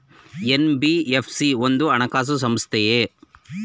NBFC ಒಂದು ಹಣಕಾಸು ಸಂಸ್ಥೆಯೇ?